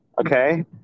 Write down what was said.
okay